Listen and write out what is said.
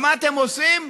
ומה אתם עושים?